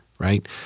right